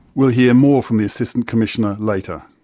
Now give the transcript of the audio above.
we'll hear more from the assistant commissioner later.